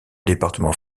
département